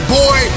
boy